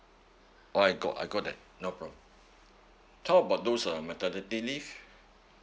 orh I got I got that no problem how about those uh maternity leave